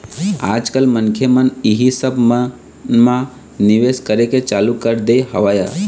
आज कल मनखे मन इही सब मन म निवेश करे के चालू कर दे हवय